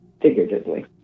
figuratively